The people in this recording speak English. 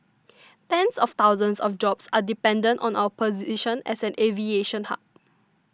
tens of thousands of jobs are dependent on our position as an aviation hub